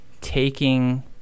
taking